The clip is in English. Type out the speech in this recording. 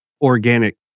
organic